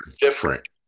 different